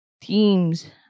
teams